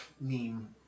meme